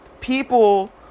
people